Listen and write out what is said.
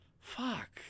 fuck